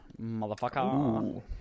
motherfucker